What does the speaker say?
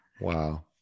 Wow